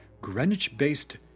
Greenwich-based